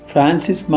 Francis